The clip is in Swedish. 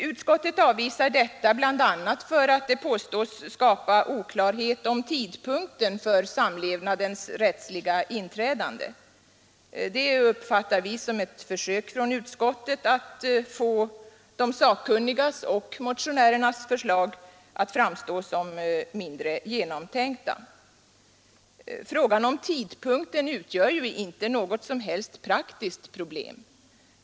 Utskottet avvisar detta bl.a. för att det påstås skapa oklarhet om tidpunkten för samlevnadens rättsliga inträdande. Det uppfattar vi som ett försök från utskottet att få de sakkunnigas och motionärernas förslag att framstå som mindre väl genomtänkt. Frågan om tidpunkten utgör inte något som helst praktiskt problem.